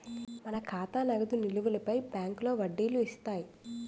మన ఖాతా నగదు నిలువులపై బ్యాంకులో వడ్డీలు ఇస్తాయి